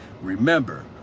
remember